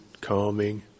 calming